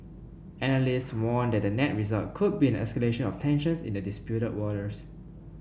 analysts warn that the net result could be an escalation of tensions in the disputed waters